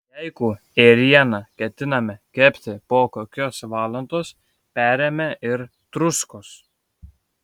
jeigu ėrieną ketiname kepti po kokios valandos beriame ir druskos